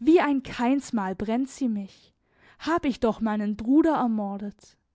wie ein kainsmal brennt sie mich hab ich doch meinen bruder ermordet